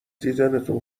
دیدنتون